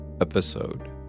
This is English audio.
episode